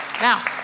Now